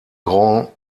grand